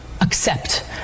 accept